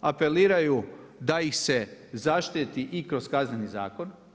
apeliraju da ih se zaštiti i kroz Kazneni zakon.